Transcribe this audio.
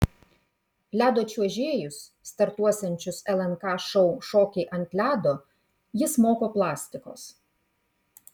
ledo čiuožėjus startuosiančius lnk šou šokiai ant ledo jis moko plastikos